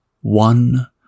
one